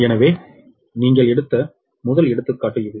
எனவே நீங்கள் எடுத்த முதல் எடுத்துக்காட்டு இது